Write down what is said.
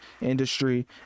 industry